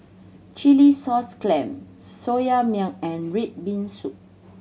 chilli sauce clam Soya Milk and red bean soup